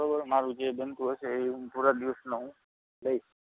બરાબર મારું જે બનતું હશે એ હું થોડાક દિવસના હું લઇશ